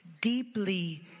deeply